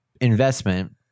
Investment